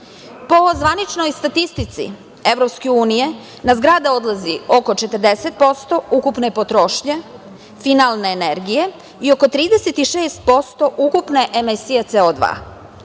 Po zvaničnoj statistici Evropske unije, na zgrade odlazi oko 40% ukupne potrošnje finalne energije i oko 36% ukupne emisije SO2..